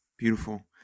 Beautiful